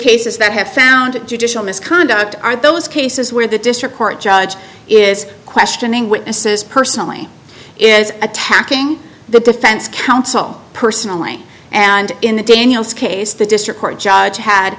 cases that have found judicial misconduct are those cases where the district court judge is questioning witnesses personally is attacking the defense counsel personally and in the daniels case the district court judge had